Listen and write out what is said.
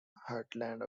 heartland